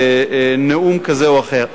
נאום כזה או אחר.